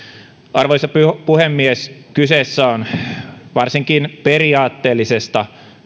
arvoisa puhemies kyseessä on varsinkin periaatteellisesta